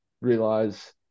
realize